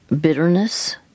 bitterness